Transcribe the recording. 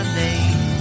name